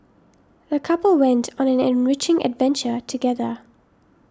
the couple went on an enriching adventure together